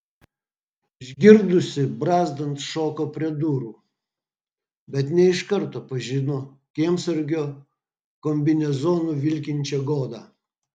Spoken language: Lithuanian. išgirdusi brazdant šoko prie durų bet ne iš karto pažino kiemsargio kombinezonu vilkinčią godą